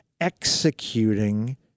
executing